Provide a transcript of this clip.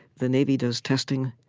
the navy does testing